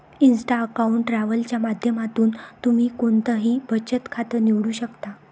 Insta account travel च्या माध्यमातून तुम्ही कोणतंही बचत खातं निवडू शकता